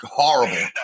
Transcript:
horrible